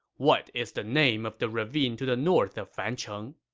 what is the name of the ravine to the north of fancheng?